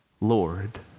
Lord